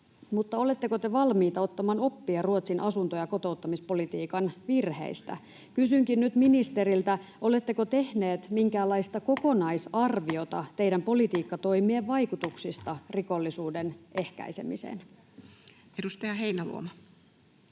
oletteko te valmiita ottamaan oppia Ruotsin asunto- ja kotouttamispolitiikan virheistä? Kysynkin nyt ministeriltä: oletteko tehneet minkäänlaista kokonaisarviota teidän politiikkatoimien vaikutuksista rikollisuuden ehkäisemiseen? [Veronika Honkasalo: